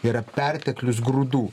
yra perteklius grūdų